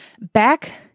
back